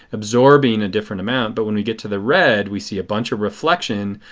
absorbing a different amount. but when we get to the red we see a bunch of reflection,